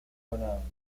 pronounced